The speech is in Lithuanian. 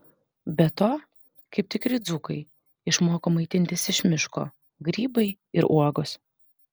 be to kaip tikri dzūkai išmoko maitintis iš miško grybai ir uogos